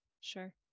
Sure